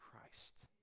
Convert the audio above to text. Christ